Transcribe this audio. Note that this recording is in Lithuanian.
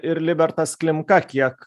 ir libertas klimka kiek